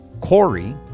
Corey